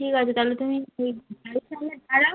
ঠিক আছে তাহলে তুমি বাড়ির সামনে দাঁড়াও